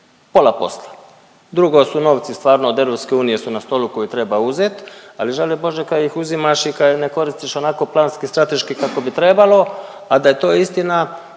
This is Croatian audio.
pola posla. Drugo su novci stvarno od Europske unije su na stolu koje treba uzeti, ali žali bože kad ih uzimaš i kad ih ne koristiš onako planski, strateški kako bi trebalo. A da je to istina